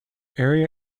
area